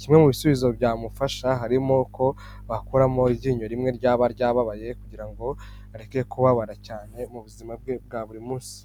Kimwe mu bisubizo byamufasha harimo ko bakuramo iryinyo rimwe ryaba ryababaye, kugira ngo areke kubabara cyane mu buzima bwe bwa buri munsi.